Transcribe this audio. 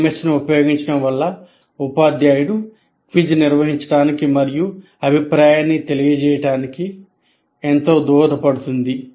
LMS ను ఉపయోగించడం వల్ల ఉపాధ్యాయుడు క్విజ్ నిర్వహించడానికి మరియు అభిప్రాయాన్ని తెలియజేయడానికి ఎంతో దోహదపడుతుంది